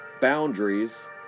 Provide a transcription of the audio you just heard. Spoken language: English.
boundaries